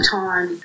time